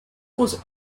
was